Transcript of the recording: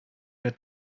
der